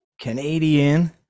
Canadian